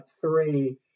three